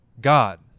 god